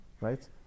right